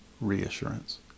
reassurance